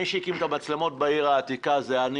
מי שהקים את המצלמות בעיר העתיקה זה אני